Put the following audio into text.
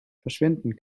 verschwinden